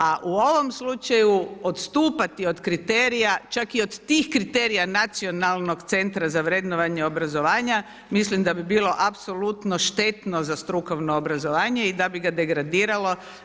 A u ovom slučaju odstupati od kriterija, čak i od tih kriterija Nacionalnog centra za vrednovanje obrazovanja, mislim da bi bilo apsolutno štetno za strukovno obrazovanje i da bi ga degradiralo.